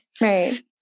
Right